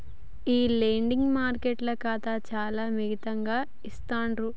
ఈ లెండింగ్ మార్కెట్ల ఖాతాలు చానా పరిమితంగా ఇస్తాండ్రు